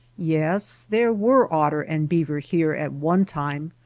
yes there were otter and beaver here at one time,